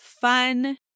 fun